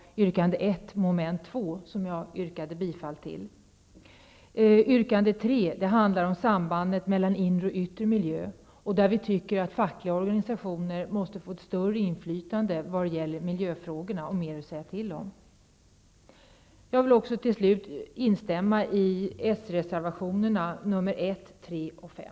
Yrkande 3 handlar om sambandet mellan inre och yttre miljö. Vi anser att fackliga organisationer måste få ett större inflytande vad gäller miljöfrågorna och mer att säga till om. Jag vill också instämma i sreservationerna 1, 3 och 5.